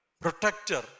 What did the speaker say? protector